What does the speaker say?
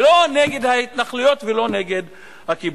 ולא נגד ההתנחלויות ולא נגד הכיבוש.